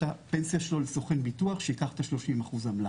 הפנסיה שלו לסוכן ביטוח שייקח את ה- 30% עמלה.